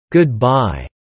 Goodbye